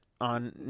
on